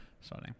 Sorry